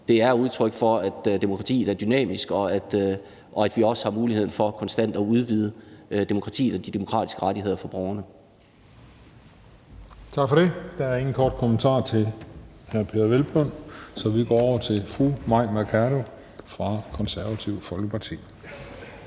det er udtryk for, at demokratiet er dynamisk, og at vi også har muligheden for konstant at udvide demokratiet og de demokratiske rettigheder for borgerne. Kl. 18:14 Den fg. formand (Christian Juhl): Tak for det. Der er ingen korte bemærkninger til hr. Peder Hvelplund, så vi går til fru Mai Mercado fra Det Konservative Folkeparti.